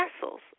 vessels